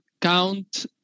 Count